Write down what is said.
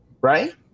right